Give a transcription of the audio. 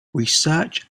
research